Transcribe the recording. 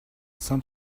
some